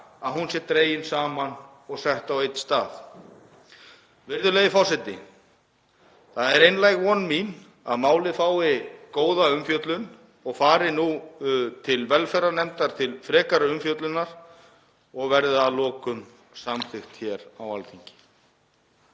og víða sé dregin saman og sett á einn stað. Virðulegi forseti. Það er einlæg von mín að málið fái góða umfjöllun og fari nú til velferðarnefndar til frekari umfjöllunar og verði að lokum samþykkt hér á Alþingi.